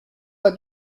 pas